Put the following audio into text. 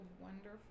wonderful